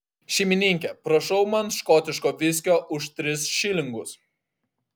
šeimininke prašau man škotiško viskio už tris šilingus